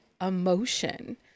emotion